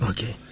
Okay